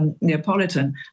Neapolitan